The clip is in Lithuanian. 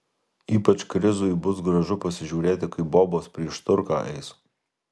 ypač krizui bus gražu pasižiūrėti kaip bobos prieš turką eis